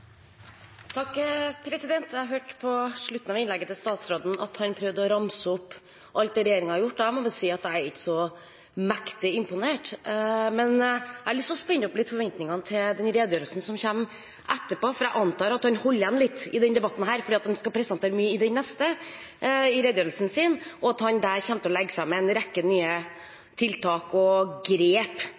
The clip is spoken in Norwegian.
Jeg hørte av slutten på innlegget til statsråden at han prøvde å ramse opp alt det regjeringen har gjort. Jeg må bare si at jeg er ikke så mektig imponert. Men jeg har lyst til å spenne forventningene litt til den redegjørelsen som kommer etterpå, for jeg antar at han holder igjen litt i denne debatten fordi han skal presentere mye i neste sak, i redegjørelsen sin, og at han der kommer til å legge fram en rekke nye tiltak og grep